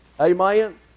Amen